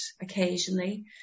occasionally